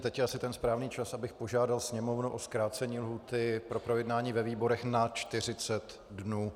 Teď je asi ten správný čas, abych požádal Sněmovnu o zkrácení lhůty pro projednání ve výborech na 40 dnů.